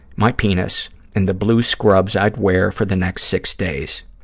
my penis and the blue scrubs i'd wear for the next six days.